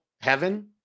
heaven